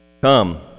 Come